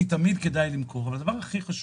כי תמיד כדאי למכור אבל הדבר הכי חשוב,